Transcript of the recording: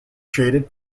shaded